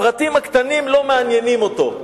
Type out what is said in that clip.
הפרטים הקטנים לא מעניינים אותו.